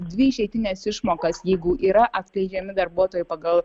dvi išeitines išmokas jeigu yra atleidžiami darbuotojai pagal